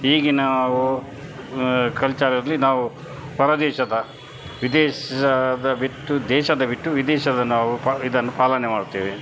ಈಗ ನಾವು ಕಲ್ಚರಲ್ಲಿ ನಾವು ಹೊರ ದೇಶದ ವಿದೇಶದ ಬಿಟ್ಟು ದೇಶದ ಬಿಟ್ಟು ವಿದೇಶದ ನಾವು ಪ ಇದನ್ನು ಪಾಲನೆ ಮಾಡ್ತೇವೆ